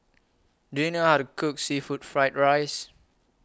Do YOU know How to Cook Seafood Fried Rice